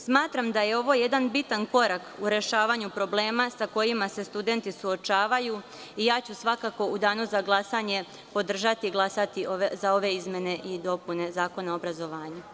Smatram da je ovo jedan bitan korak u rešavanju problema sa kojima se studenti suočavaju i svakako ću u danu za glasanje podržati i glasati za ove izmene i dopune Zakona o obrazovanju.